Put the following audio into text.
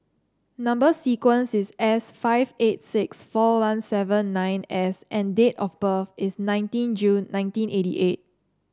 number sequence is S five eight six four one seven nine S and date of birth is nineteen June nineteen eighty eight